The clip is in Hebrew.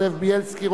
זאב בילסקי,